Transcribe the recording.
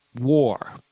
war